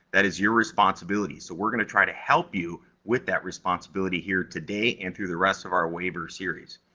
that is your responsibility. so, we're gonna try to help you with that responsibility here today, and through the rest of our waiver series.